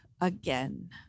again